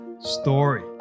story